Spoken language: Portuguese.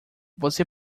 você